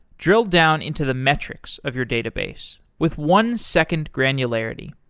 drill down into the metrics of your database with one second granularity.